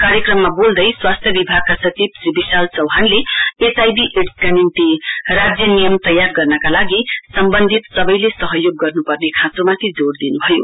कार्यक्रममा बोल्दै स्वास्थ्य विभागका सचि श्री विशाल चौहानले एचआइभी एड्सका निम्ति राज्य नियम तयार गनर्का लागि सम्बन्धित सबैले सहयोग गर्न्पर्ने खाँचोमाथि जोड़ दिन्भयो